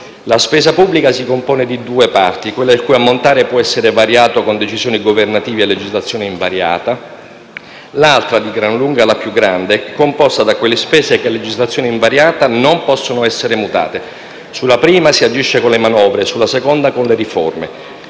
La spesa pubblica si compone di due parti: quella il cui ammontare può essere variato con decisioni governative a legislazione invariata, l'altra - di gran lunga la più grande - composta da quelle spese che a legislazione invariata non possono essere mutate. Sulla prima si agisce con le manovre, sulla seconda con le riforme.